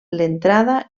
l’entrada